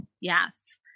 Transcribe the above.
Yes